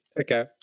okay